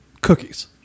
cookies